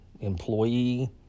employee